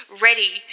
ready